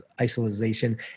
isolation